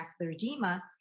edema